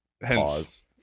Hence